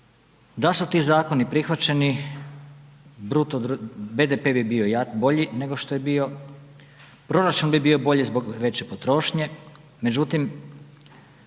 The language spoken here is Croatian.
da su ti zakoni prihvaćeni BDP bi bio bolji nego što je bio, proračun bi bio zbog veće potrošnje. Međutim